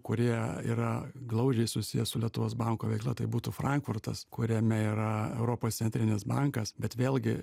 kurie yra glaudžiai susiję su lietuvos banko veikla tai būtų frankfurtas kuriame yra europos centrinis bankas bet vėlgi